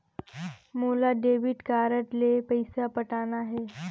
मोला debit card ले पइसा पटाना हे?